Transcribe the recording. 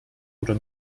oder